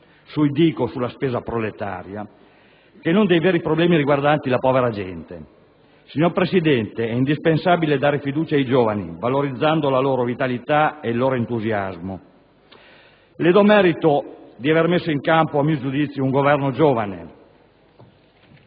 ai DICO e alla spesa proletaria, che non dei veri problemi riguardanti la povera gente. Signor Presidente, è indispensabile dare fiducia ai giovani valorizzando la loro vitalità e il loro entusiasmo. Le do merito di avere messo in campo un Governo giovane,